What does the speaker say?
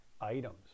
items